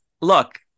look